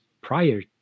prior